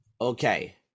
Okay